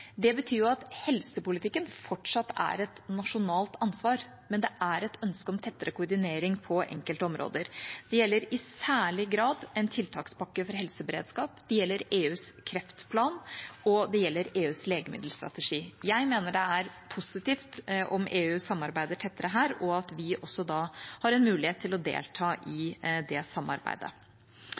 Det betyr at helsepolitikken fortsatt er et nasjonalt ansvar, men det er et ønske om tettere koordinering på enkelte områder. Det gjelder i særlig grad en tiltakspakke for helseberedskap, det gjelder EUs kreftplan, og det gjelder EUs legemiddelstrategi. Jeg mener det er positivt om EU samarbeider tettere her, og at vi også da har en mulighet til å delta i det samarbeidet.